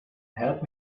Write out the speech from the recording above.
help